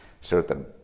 certain